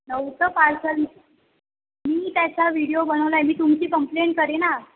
नव्हतं पार्सल मी त्याचा विडिओ बनवला आहे मी तुमची कंप्लेंट करेन